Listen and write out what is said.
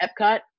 epcot